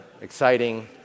exciting